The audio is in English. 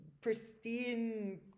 pristine